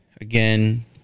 again